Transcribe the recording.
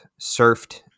surfed